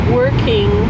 working